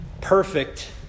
Perfect